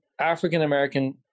African-American